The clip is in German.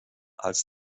als